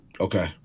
okay